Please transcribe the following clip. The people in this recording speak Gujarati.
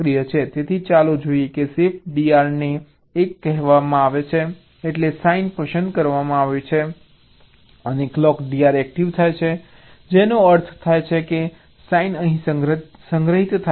તેથી ચાલો જોઈએ કે Shift DR ને 1 કહેવામાં આવે છે એટલે સાઈન પસંદ કરવામાં આવે છે અને Clock DR એક્ટિવ થાય છે જેનો અર્થ થાય છે કે સાઈન અહીં સંગ્રહિત થાય છે